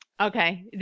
Okay